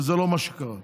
וזה לא מה שקרה.